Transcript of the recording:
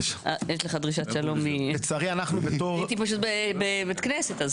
יש לך דרישת שלום, הייתי פשוט בבית כנסת.